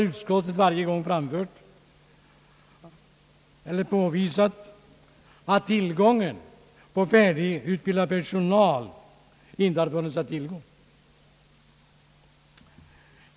Utskottet har därvid varje gång påvisat, att tillgång på färdigutbildad personal inte har funnits.